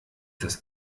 das